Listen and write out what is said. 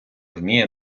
вміє